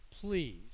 please